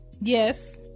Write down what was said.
Yes